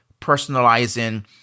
personalizing